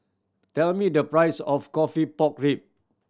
tell me the price of coffee pork rib